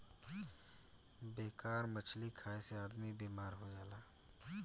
बेमार मछली खाए से आदमी भी बेमार हो जाला